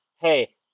Hey